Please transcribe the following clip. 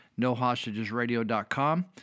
nohostagesradio.com